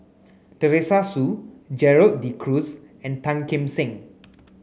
Teresa Hsu Gerald De Cruz and Tan Kim Seng